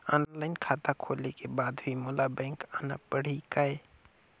Online खाता खोले के बाद भी मोला बैंक आना पड़ही काय?